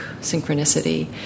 synchronicity